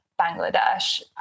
Bangladesh